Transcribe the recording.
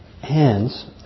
hands